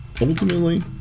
ultimately